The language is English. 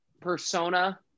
persona